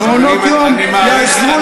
יושב-ראש התאחדות